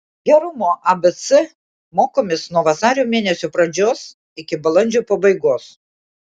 gerumo abc mokomės nuo vasario mėnesio pradžios iki balandžio pabaigos